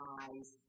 eyes